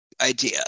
idea